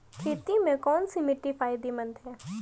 खेती में कौनसी मिट्टी फायदेमंद है?